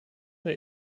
der